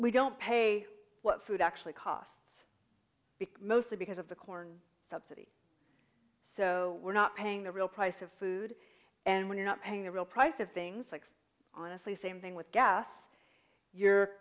we don't pay what food actually costs mostly because of the corn so we're not paying the real price of food and when you're not paying the real price of things like honestly same thing with gas you're